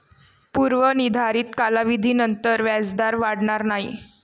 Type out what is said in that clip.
पूर्व निर्धारित कालावधीनंतर व्याजदर वाढणार नाही